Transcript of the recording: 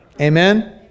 Amen